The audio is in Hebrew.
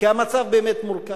כי המצב באמת מורכב.